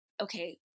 okay